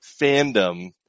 fandom